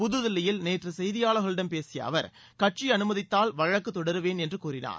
புதுதில்லியில் நேற்று செய்தியாளர்களிடம் பேசிய அவர் கட்சி அனுமதித்தால் வழக்குத் தொடருவேன் என்று கூறினார்